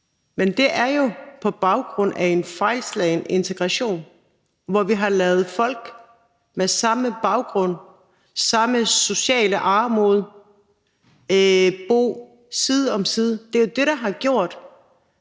men det er jo på baggrund af en fejlslagen integration, hvor vi har ladet folk med samme baggrund, samme sociale armod, bo side om side. Det er jo det, der har gjort,